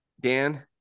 Dan